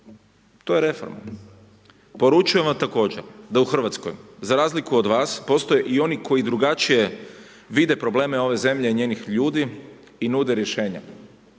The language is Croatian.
To je reforma. Poručujem vam također da u Hrvatskoj za razliku od vas postoje i oni koji drugačije vide probleme ove zemlje i njenih ljudi i nude rješenje,